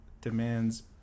demands